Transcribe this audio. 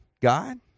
God